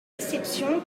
exception